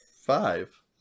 five